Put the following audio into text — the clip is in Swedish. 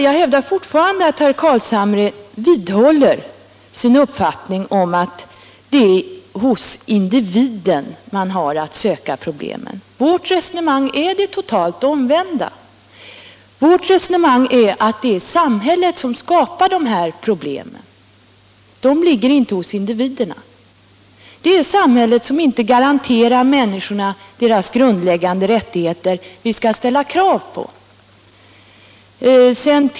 Jag hävdar fortfarande att herr Carlshamre vidhåller sin uppfattning att det är hos individen man har att söka problemen. Vårt resonemang är det omvända. Vårt resonemang är att det är samhället som skapar problemen. De ligger inte hos individerna. Det är samhället som inte garanterar människorna deras grundläggande rättigheter, de rättigheter som vi skall ställa krav på.